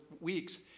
weeks